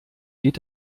geht